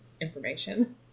information